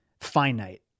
finite